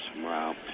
Wow